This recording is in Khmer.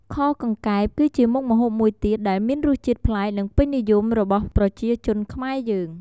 ខកង្កែប គឺជាមុខម្ហូបមួយទៀតដែលមានរសជាតិប្លែក និងពេញនិយមរបស់ប្រជាជនខ្មែរយើង។